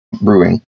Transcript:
brewing